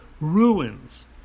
Ruins